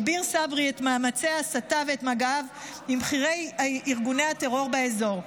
הגביר צברי את מאמצי ההסתה ואת מגעיו עם בכירי ארגוני הטרור באזור.